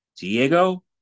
Diego